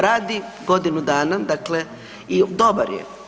Radi godinu dana, dakle i dobar je.